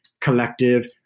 Collective